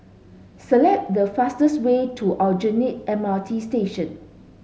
select the fastest way to Aljunied M R T Station